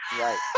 Right